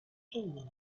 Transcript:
shown